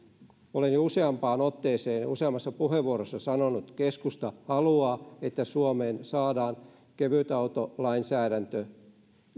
olen jo useampaan otteeseen useammassa puheenvuorossa sanonut keskusta haluaa että suomeen saadaan kevytautolainsäädäntö